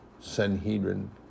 Sanhedrin